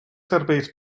serveis